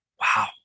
Wow